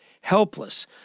helpless